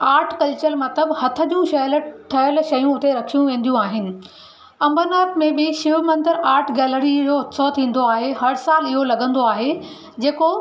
art culture मतिलबु हथ जूं शयल ठहियल शयूं हुते रखियूं वेंदियूं आहिनि अमरनाथ मे बि शिव मंदिर आर्ट गैलरी जो उत्सवु थींदो आहे हर सालु इहो लॻंदो आहे जेको